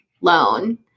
loan